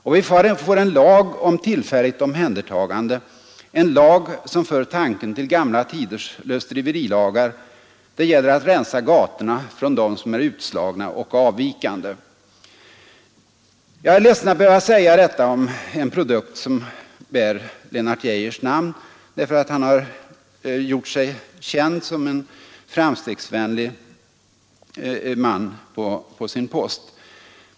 Och vi får en lag om tillfälligt omhändertagande, en lag som för tanken till gamla tiders lösdriverilagar — det gäller att rensa gatorna från dem som är utslagna och avvikande. Jag är ledsen att behöva säga detta om en produkt som bär Lennart Geijers namn, eftersom han på sin post har gjort sig känd som en framstegsvänlig man.